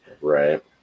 Right